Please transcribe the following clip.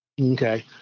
Okay